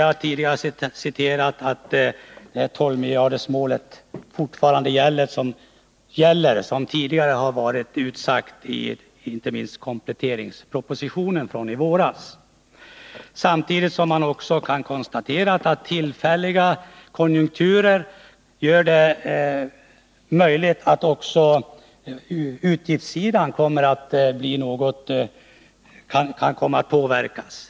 Jag har tidigare citerat vad som anförts i finansutskottets betänkande, nämligen att 12-miljardersmålet fortfarande gäller — det som sattes upp i kompletteringspropositionen i våras. Samtidigt kan jag konstatera att genom konjunkturförändringar som exempelvis sysselsättningsläget medför, kan utgiftssidan komma att påverkas.